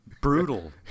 brutal